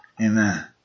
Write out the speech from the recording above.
Amen